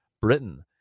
Britain